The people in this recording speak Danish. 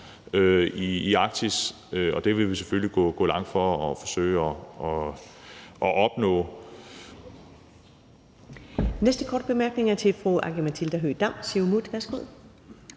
i Arktis, og det vil vi selvfølgelig gå langt for at forsøge at opnå.